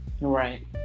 Right